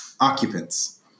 occupants